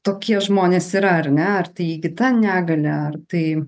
tokie žmonės yra ar ne ar tai įgyta negalia ar tai